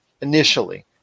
initially